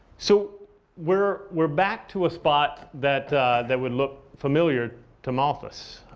so we're we're back to a spot that that would look familiar to malthus.